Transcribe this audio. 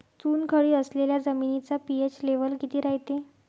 चुनखडी असलेल्या जमिनीचा पी.एच लेव्हल किती रायते?